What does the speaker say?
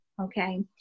okay